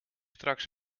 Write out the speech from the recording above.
straks